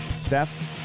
Steph